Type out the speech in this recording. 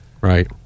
Right